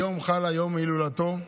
היום חל יום ההילולה שלו.